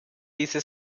diese